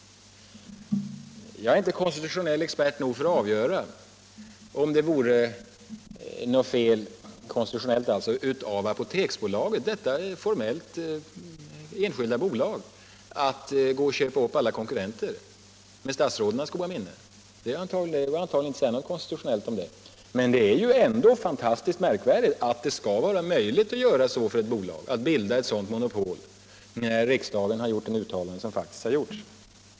Jag är inte konstitutionell expert i tillräcklig grad för att kunna avgöra om det konstitutionellt sett vore något fel av Apoteksbolaget — detta formellt enskilda bolag — att köpa upp alla konkurrenter med statsrådens goda minne. Det går antagligen inte att påvisa att det vore konstitutionellt felaktigt, men det är ändå fantastiskt märkvärdigt att det skall vara möjligt för ett bolag att bilda ett monopol, när riksdagen har gjort det uttalande som den faktiskt har gjort!